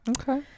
Okay